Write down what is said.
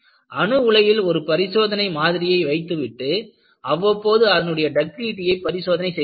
அணு உலையில் ஒரு பரிசோதனை மாதிரியை வைத்துவிட்டு அவ்வபோது அதனுடைய டக்டிலிடியை பரிசோதனை செய்வார்கள்